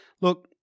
look